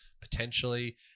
potentially